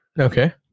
Okay